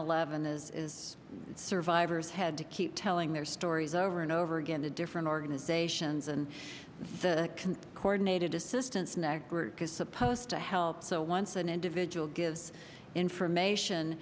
eleven is survivors had to keep telling their stories over and over again to different organizations and the coordinated assistance next group is supposed to help so once an individual gives information